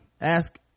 ask